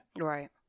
Right